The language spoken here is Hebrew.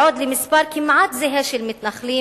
בעוד למספר כמעט זהה של מתנחלים